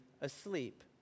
asleep